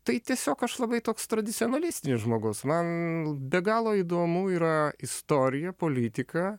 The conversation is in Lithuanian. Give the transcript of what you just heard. tai tiesiog aš labai toks tradicionalistinis žmogus man be galo įdomu yra istorija politika